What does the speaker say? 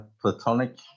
platonic